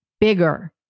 bigger